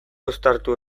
uztartu